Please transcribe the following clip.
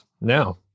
Now